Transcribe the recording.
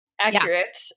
accurate